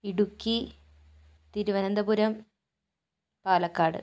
Idukki Thiruvananthapuram Palakkad